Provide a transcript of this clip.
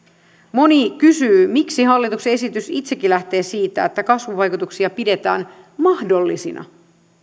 moni kysyy miksi hallituksen esitys itsekin lähtee siitä että kasvuvaikutuksia pidetään mahdollisina